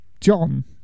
John